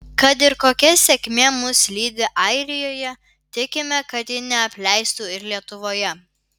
kad ir kokia sėkmė mus lydi airijoje tikime kad ji neapleistų ir lietuvoje